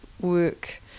Work